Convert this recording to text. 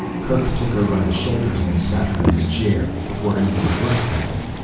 kerk took her by the shoulders and sat her in his chair, before anything worse happened.